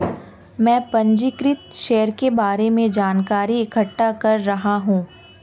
मैं पंजीकृत शेयर के बारे में जानकारी इकट्ठा कर रहा हूँ